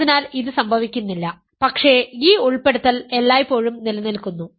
അതിനാൽ ഇത് സംഭവിക്കുന്നില്ല പക്ഷേ ഈ ഉൾപ്പെടുത്തൽ എല്ലായ്പ്പോഴും നിലനിൽക്കുന്നു